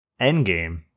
Endgame